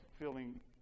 feeling